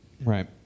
Right